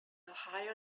ohio